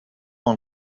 dans